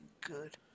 good